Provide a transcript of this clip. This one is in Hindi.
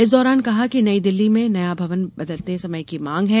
इस दौरान कहा कि नई दिल्ली में नया भवन बदलते समय की माँग है